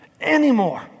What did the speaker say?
anymore